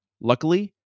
luckily